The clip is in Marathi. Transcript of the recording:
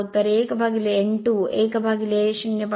तर 1 n 2 1 0